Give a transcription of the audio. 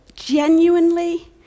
Genuinely